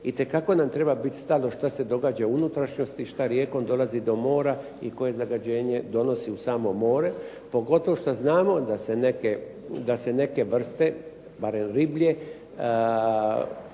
itekako nam treba biti stalo što se događa u unutrašnjosti, što rijekom dolazi do mora i koje zagađenje donosi u samo more, pogotovo što znamo da se neke vrste, barem riblje